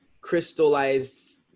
crystallized